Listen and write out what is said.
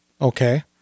Okay